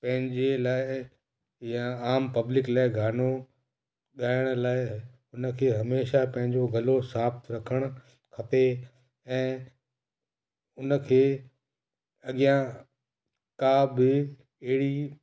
पंहिंजे लाइ या आम पब्लिक लाइ गानो ॻाइण लाइ उन खे हमेशा पंहिंजो गलो साफ़ु रखणु खपे ऐं उन खे अॻियां का बि अहिड़ी